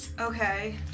Okay